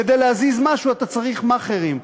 כדי להזיז משהו אתה צריך מאכערים.